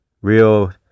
real